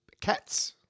cats